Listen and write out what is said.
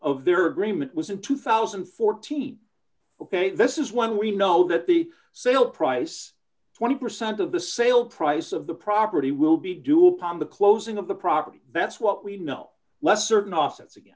of their agreement was in two thousand and fourteen ok this is one we know that the sale price twenty percent of the sale price of the property will be due upon the closing of the property that's what we know less certain offsets again